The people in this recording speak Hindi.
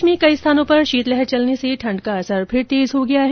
प्रदेश में कई स्थानों पर शीतलहर चलने से ठंड का असर फिर से तेज हो गया है